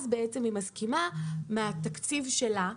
אז בעצם היא מסכימה לבצע מהתקציב שלה,